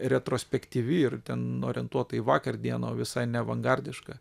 retrospektyvi ir ten orientuota į vakar dieną o visai ne avangardiška